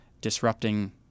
disrupting